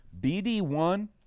bd1